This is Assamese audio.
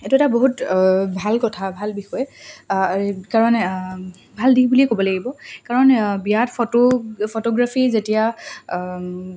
এইটো এটা বহুত ভাল কথা ভাল বিষয় কাৰণ ভাল দিশ বুলিয়ে ক'ব লাগিব কাৰণ বিয়াত ফটো ফটোগ্ৰাফী যেতিয়া